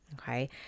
Okay